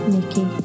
Nikki